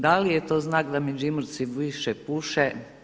Da li je to znak da Međimurci više puše?